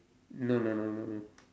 no no no no no